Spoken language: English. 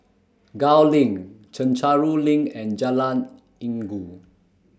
Gul LINK Chencharu LINK and Jalan Inggu